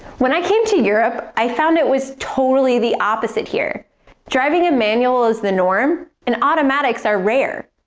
when i came to europe, i found it was totally the opposite here driving a manual is the norm, and automatics are rare.